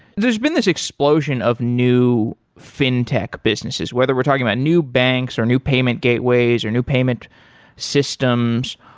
there's been this explosion of new fintech businesses, whether we're talking about new banks or new payment gateways or new payment systems,